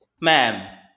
ma'am